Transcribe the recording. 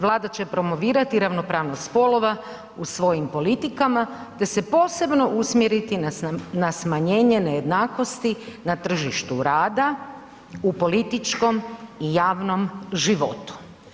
Vlada će promovirati ravnopravnost spolova u svojim politikama te se posebno usmjeriti na smanjenje nejednakosti na tržištu rada u političkom i javnom životu.